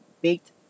baked